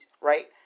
right